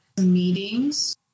meetings